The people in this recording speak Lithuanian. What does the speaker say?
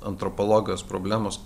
antropologijos problemos